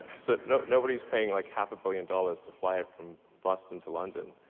so, you know nobody's paying like half a billion dollars to fly it from boston to london,